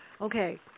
Okay